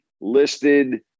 listed